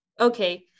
Okay